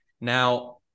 now